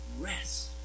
rest